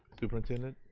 superintendent?